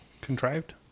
contrived